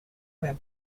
web